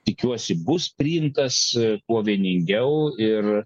tikiuosi bus priimtas kuo vieningiau ir